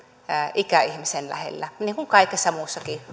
ikäihmisen lähellä niin kuin kaikessa muussakin